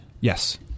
Yes